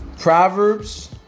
Proverbs